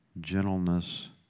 gentleness